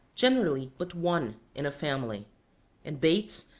generally but one, in a family and bates,